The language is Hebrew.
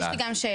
יש לי גם שאלה.